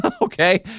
okay